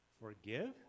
forgive